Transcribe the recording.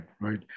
Right